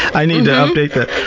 i need to update that.